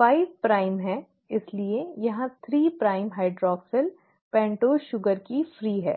5 prime है इसलिए यहाँ 3 प्राइम हाइड्रॉक्सिल पेन्टोज़ शुगर की फ्री है